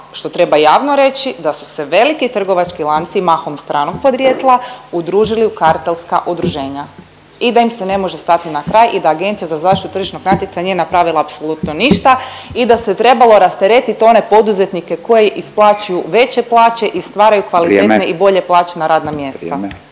što treba javno reći, da su se veliki trgovački lanci, mahom stranog podrijetla udružila u kartelska udruženja i da im se ne može stati na kraj i da AZTN nije napravila apsolutno ništa i da se trebalo rasteretiti one poduzetnike koji isplaćuju veće plaće i stvaraju kvalitetnija i … .../Upadica: